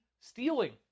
stealing